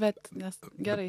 bet nes gerai